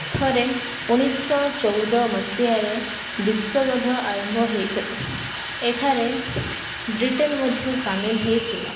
ଥରେ ଉଣେଇଶ ଶହ ଚଉଦ ମସିହାରେ ବିଶ୍ଵଯୁଦ୍ଧ ଆରମ୍ଭ ହୋଇଥିଲା ଏଠାରେ ବ୍ରିଟେନ୍ ମଧ୍ୟ ସାମିଲ ହୋଇଥିଲା